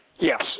Yes